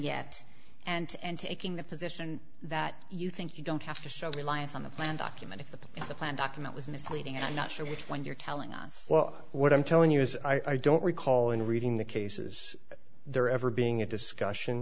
yet and taking the position that you think you don't have to show reliance on the plan document if the if the plan document was misleading i'm not sure which one you're telling us well what i'm telling you is i don't recall in reading the cases that there ever being a